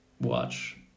watch